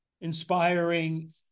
inspiring